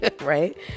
right